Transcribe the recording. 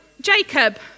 Jacob